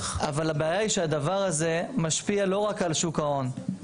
אבל הבעיה היא שהדבר הזה משפיע לא רק על שוק ההון,